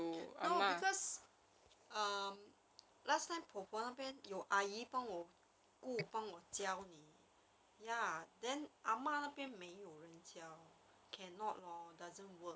no because um last time 婆婆那边有阿姨帮我顾帮我教你 ya then ah ma 那边没有人教 cannot lor doesn't work